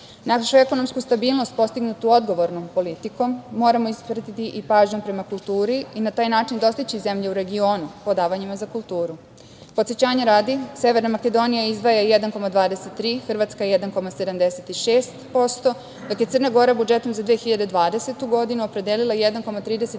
Našu ekonomsku stabilnost postignutom odgovornom politikom, moramo obratiti pažnju prema kulturi i na taj način dostići zemlje u regionu po davanjima za kulturu. Podsećanja radi, Severna Makedonija izdvaja 1,23, Hrvatska 1,76, dok je Crna Gora budžetom za 2020. godinu opredelila 1,34%